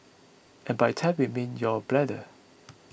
and by tank we mean your bladder